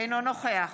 אינו נוכח